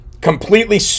completely